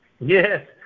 Yes